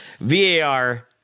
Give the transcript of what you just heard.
VAR